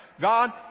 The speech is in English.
god